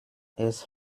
erst